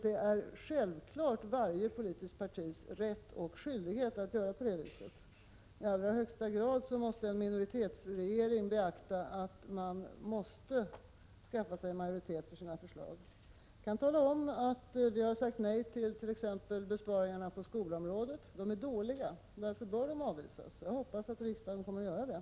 Det är självfallet varje politiskt partis rätt och skyldighet att göra så. En minoritetsregering bör i allra högsta grad beakta att den måste skaffa sig majoritet för sina förslag. Folkpartiet har t.ex. sagt nej till besparingarna på skolområdet; de är dåliga och bör därför avvisas. Jag hoppas att riksdagen kommer att göra det.